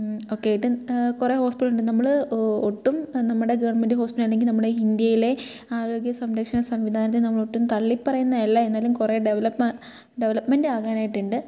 ഒക്കെയായിട്ട് കുറെ ഹോസ്പിറ്റലുണ്ട് നമ്മൾ ഒട്ടും നമ്മുടെ ഗവൺമെൻറ്റ് ഹോസ്പിറ്റല് അല്ലെങ്കിൽ നമ്മുടെ ഇന്ത്യയിലെ ആരോഗ്യ സംരക്ഷണ സംവിധാനത്തെ നമ്മളൊട്ടും തള്ളിപ്പറയുന്നത് അല്ലാ എന്നാലും കുറെ ഡവലപ് ഡവലപ്പ്മെൻറ്റാകാനായിട്ടുണ്ട്